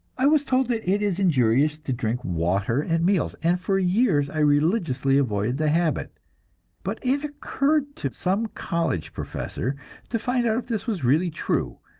i was told that it is injurious to drink water at meals, and for years i religiously avoided the habit but it occurred to some college professor to find out if this was really true,